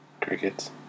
Crickets